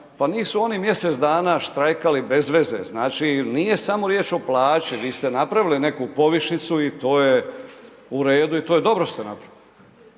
pa nisu oni mjesec dana štrajkali bez veze, znači nije samo riječ o plaći, vi ste napravili neku povišicu i to je u redu i to je, dobro ste napravili.